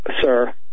sir